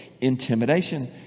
Intimidation